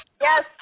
Yes